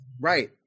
right